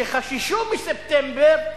שחששו מספטמבר,